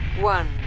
one